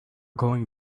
going